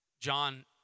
John